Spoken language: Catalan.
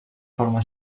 forma